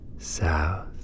south